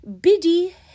Biddy